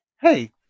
Hey